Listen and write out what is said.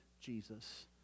Jesus